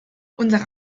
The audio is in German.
unsere